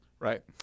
Right